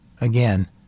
Again